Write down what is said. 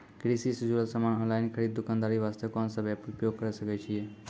कृषि से जुड़ल समान ऑनलाइन खरीद दुकानदारी वास्ते कोंन सब एप्प उपयोग करें सकय छियै?